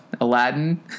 Aladdin